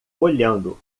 olhando